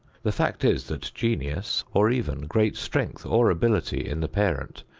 the fact is that genius, or even great strength or ability in the parent,